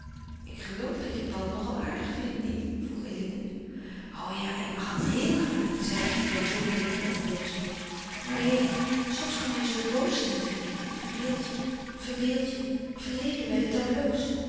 ik geloof dat je paul nog al aardig vindt niet vroeg eline o ja ik mag hem heel gaarne zeide cateau zonder blikken of blozen maar alleen soms kan hij zoo boos zijn vind ik verbeeld je verleden bij de tableaux